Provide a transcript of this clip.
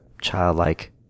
childlike